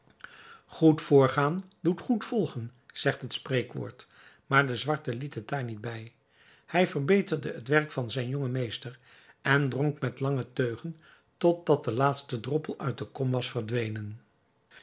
goed voorgaan doet goed volgen zegt het spreekwoord maar de zwarte liet het daar niet bij hij verbeterde het werk van zijn jongen meester en dronk met lange teugen tot dat de laatste droppel uit de kom was verdwenen